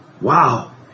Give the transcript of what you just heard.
Wow